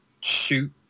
shoot